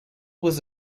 was